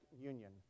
union